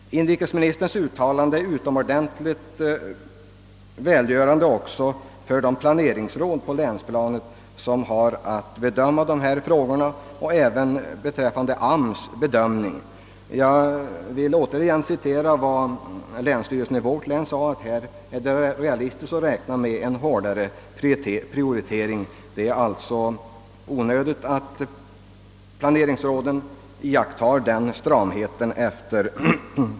Inrikesministerns uttalande är utomordentligt värdefullt både för de planeringsråd på länsplanet som har att bedöma de här frågorna och för arbetsmarknadsstyrelsens bedömning. Jag vill återigen citera vad länsstyrelsen i vårt län sade: Härvidlag är det realistiskt att räkna med en hårdare prioritering. Det är alltså efter inrikesministerns svar onödigt att planeringsråden iakttar sådan »stramhet».